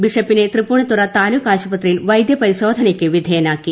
ബിഷപ്പിനെ തൃപ്പൂണിത്തുറ താലൂക്ക് ആശുപത്രിയിൽ വൈദ്യപരിശോധനയ്ക്ക് വിധേയനാക്കി